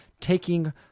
taking